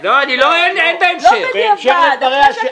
לא בדיעבד.